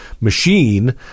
machine